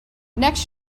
next